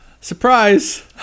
Surprise